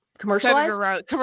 commercialized